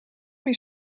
meer